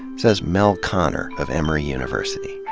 says mel konner of emory university.